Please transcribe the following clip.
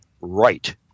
right